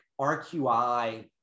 rqi